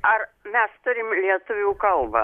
ar mes turim lietuvių kalbą